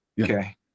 okay